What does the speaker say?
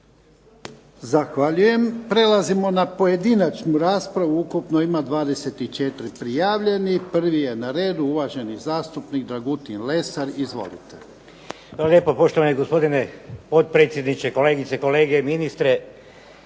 Zahvaljujem. Prelazimo na pojedinačnu raspravu, ukupno ima 24 prijavljenih. Prvi je na redu uvaženi zastupnik Dragutin Lesar. Izvolite.